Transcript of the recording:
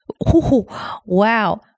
wow